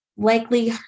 Likely